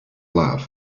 love